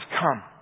come